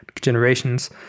generations